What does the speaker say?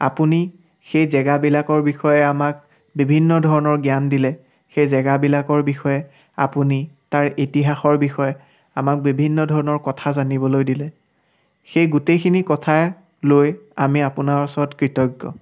আপুনি সেই জেগাবিলাকৰ বিষয়ে আমাক বিভিন্ন ধৰণৰ জ্ঞান দিলে সেই জেগাবিলাকৰ বিষয়ে আপুনি তাৰ ইতিহাসৰ বিষয়ে আমাক বিভিন্ন ধৰণৰ কথা জানিবলৈ দিলে সেই গোটেইখিনি কথা লৈ আমি আপোনাৰ ওচৰত কৃতজ্ঞ